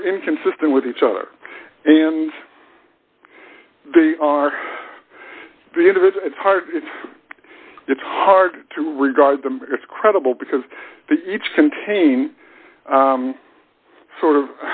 inconsistent with each other and they are it's hard it's it's hard to regard them as credible because each contain sort of